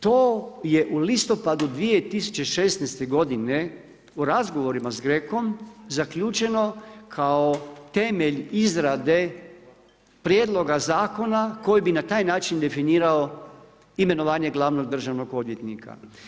To je u listopadu 2016. godine u razgovorima sa GREC-om zaključeno kao temelj izrade Prijedloga zakona koji bi na taj način definirao imenovanje glavnog državnog odvjetnika.